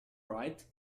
right